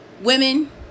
Women